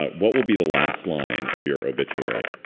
what will be the last line of your obituary?